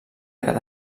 cada